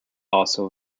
also